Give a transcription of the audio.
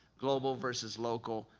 global versus local,